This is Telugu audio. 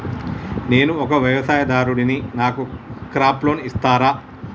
నేను ఒక వ్యవసాయదారుడిని నాకు క్రాప్ లోన్ ఇస్తారా?